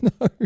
No